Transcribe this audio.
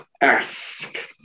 ask